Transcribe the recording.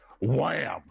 wham